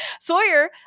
Sawyer